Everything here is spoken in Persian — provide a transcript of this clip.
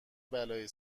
بلایی